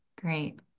Great